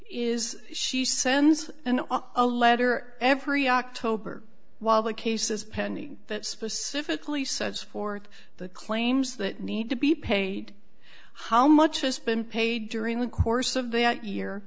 is she sends an a letter every october while the case is pending that specifically sets forth the claims that need to be paid how much has been paid during the course of that year